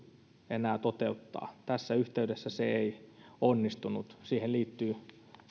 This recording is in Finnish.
enää toteuttaa tässä yhteydessä se ei onnistunut siihen liittyy